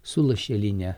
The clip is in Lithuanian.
su lašeline